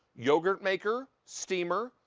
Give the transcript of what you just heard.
yogurt maker, steamer,